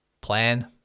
plan